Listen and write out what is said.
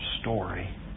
story